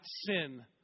sin